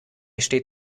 steht